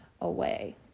away